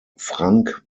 frank